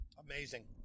Amazing